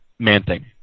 manthing